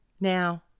Now